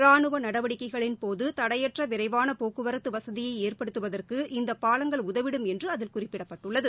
ராணுவ நடவடிக்கைகளின்போது தடையற்ற விரைவான போக்குவரத்து வசதியை ஏற்படுத்துவதற்கு இந்த பாலங்கள் உதவிடும் என்று அதில் குறிப்பிடப்பட்டுள்ளது